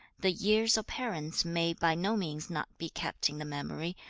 the years of parents may by no means not be kept in the memory,